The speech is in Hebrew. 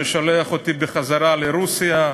ששולח אותי בחזרה לרוסיה,